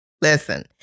Listen